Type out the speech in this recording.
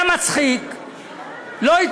היה מצחיק,